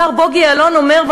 השר בוגי יעלון אומר,